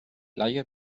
leihe